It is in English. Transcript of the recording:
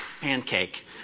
pancake